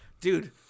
dude